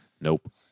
Nope